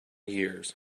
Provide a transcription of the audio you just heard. years